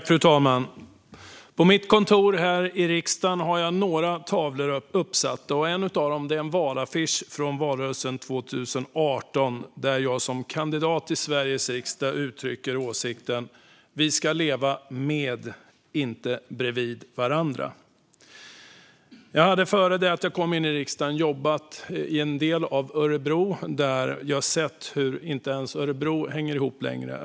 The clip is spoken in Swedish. Fru talman! På mitt kontor här i riksdagen har jag några tavlor uppsatta. En av dem är en valaffisch från valrörelsen 2018, där jag som kandidat till Sveriges riksdag uttryckte åsikten: Vi ska leva med, inte bredvid varandra. Innan jag kom in i riksdagen hade jag jobbat i en del av Örebro där jag hade sett att inte ens Örebro längre hänger ihop.